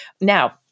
Now